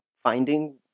finding